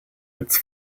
its